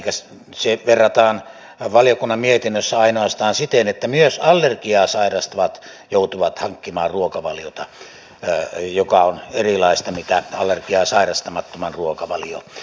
sitä verrataan valiokunnan mietinnössä ainoastaan siten että myös allergiaa sairastavat joutuvat hankkimaan ruokaa joka on erilaista kuin allergiaa sairastamattoman ruokavalio